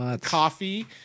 coffee